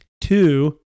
two